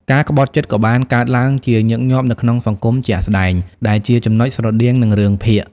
ការក្បត់ចិត្តក៏បានកើតឡើងជាញឹកញាប់នៅក្នុងសង្គមជាក់ស្តែង ដែលជាចំណុចស្រដៀងនឹងរឿងភាគ។